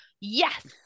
Yes